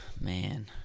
Man